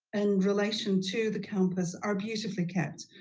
and relation to the campus, are beautifully kept.